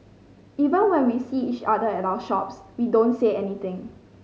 even when we see each other at our shops we don't say anything